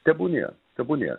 tebūnie tebūnie